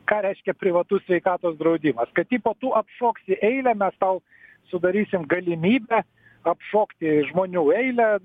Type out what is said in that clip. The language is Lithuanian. ką reiškia privatus sveikatos draudimas kad tipo tu apšoksi eilę mes tau sudarysim galimybę apšokti žmonių eilę